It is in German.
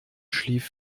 schlief